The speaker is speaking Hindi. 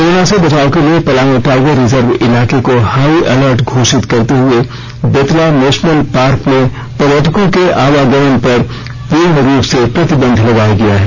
कोरोना से बचाव के लिए पलामू टाइगर रिजर्व इलाके को हाई अलर्ट घोषित करते हुए बेतला नेशनल पार्क में पर्यटकों के आवागमन पर पूर्ण रूप से प्रतिबंध लगाया गया है